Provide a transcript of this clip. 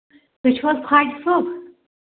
تُہۍ چھُو حظ خۄجہٕ صٲب